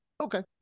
Okay